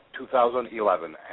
2011